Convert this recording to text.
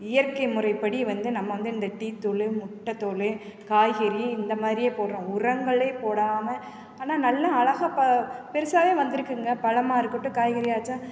இயற்கை முறைப்படி வந்து நம்ம வந்து இந்த டீ தூளு முட்டை தோல் காய்கறி இந்த மாதிரியே போடுறோம் உரங்களே போடாமல் ஆனால் நல்ல அழகா ப பெருசாகவே வந்துருக்குங்க பழமா இருக்கட்டும் காய்கறியாச்சும்